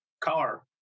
car